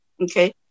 Okay